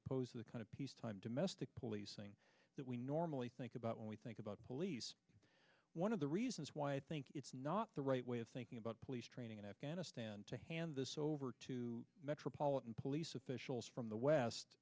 opposed to the kind of peacetime domestic policing that we normally think about when we think about police one of the reasons why i think it's not the right way of thinking about police training in afghanistan to hand this over to metropolitan police officials from the west